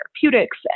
therapeutics